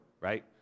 right